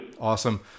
awesome